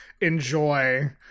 enjoy